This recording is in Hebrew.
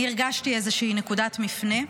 אני הרגשתי איזושהי נקודת מפנה.